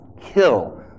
kill